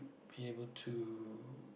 be able to